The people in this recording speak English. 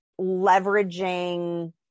leveraging